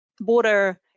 border